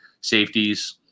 safeties